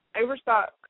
Overstock